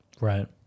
right